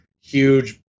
huge